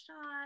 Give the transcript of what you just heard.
shot